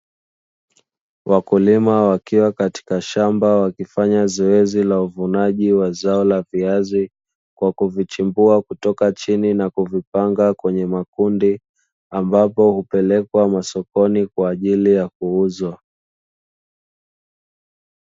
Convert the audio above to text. Wakulima wakiwa katika shamba wakifanya zoezi la uvunaji wa zao la viazi kwa kuvichimbua kutoka chini na kuvipanga kwenye makundi, ambapo hupelekwa masokoni kwa ajili ya kuuzwa.